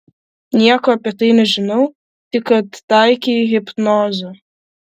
nieko apie tai nežinau tik kad taikei hipnozę